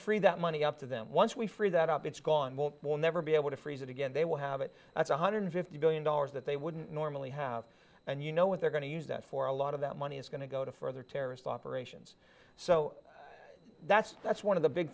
free that money up to them once we free that up it's gone won't will never be able to freeze it again they will have it one hundred fifty billion dollars that they wouldn't normally have and you know what they're going to use that for a lot of that money is going to go to further terrorist operations so that's that's one of the big